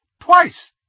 Twice